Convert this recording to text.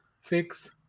fix